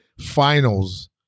Finals